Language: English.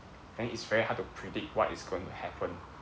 then it's very hard to predict what is going to happen